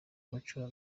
umuco